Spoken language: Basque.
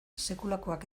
sekulakoak